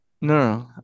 no